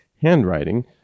handwriting